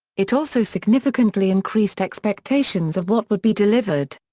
it also significantly increased expectations of what would be delivered.